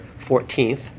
14th